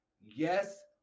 yes